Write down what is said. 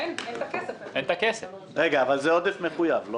אבל זה עודף מחויב.